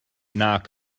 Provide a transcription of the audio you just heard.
nac